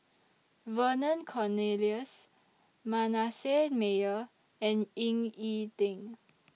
Vernon Cornelius Manasseh Meyer and Ying E Ding